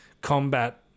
combat